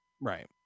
Right